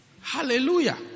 Hallelujah